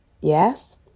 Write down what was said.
Yes